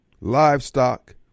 livestock